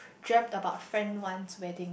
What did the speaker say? dreamt about friend's one wedding